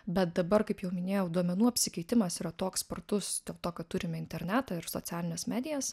bet dabar kaip jau minėjau duomenų apsikeitimas yra toks spartus dėl to kad turime internetą ir socialines medijas